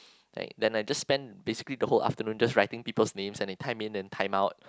like then I just spend basically the whole afternoon just writing people's name and they time in and time out